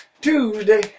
Tuesday